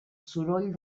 soroll